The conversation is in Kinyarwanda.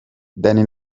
danny